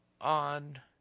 on